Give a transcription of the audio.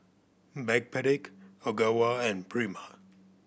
Backpedic Ogawa and Prima